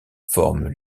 forment